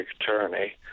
attorney